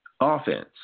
Offense